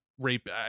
rape